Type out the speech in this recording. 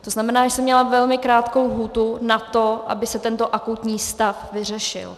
To znamená, že jsem měla velmi krátkou lhůtu na to, aby se tento akutní stav vyřešil.